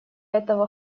этого